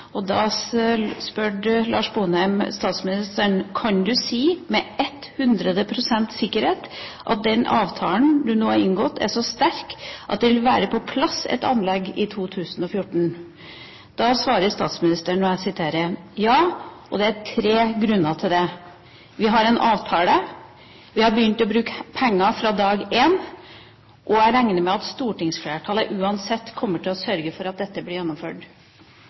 statsministeren: Kan du si med 100 pst. sikkerhet at den avtalen du nå har inngått, er så sterk at det vil være på plass et anlegg i 2014? Da svarte statsministeren: Ja, og det er tre grunner til det. Vi har en avtale, vi har begynt å bruke penger fra dag én, og jeg regner med at stortingsflertallet uansett kommer til å sørge for at dette blir gjennomført.